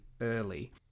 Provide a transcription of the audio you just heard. early